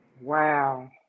Wow